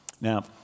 Now